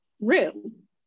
room